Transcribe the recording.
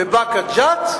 ובאקה ג'ת,